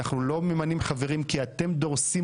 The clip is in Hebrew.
ואנחנו לא ממנים חברים כי אתם דורסים